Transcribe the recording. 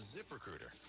ZipRecruiter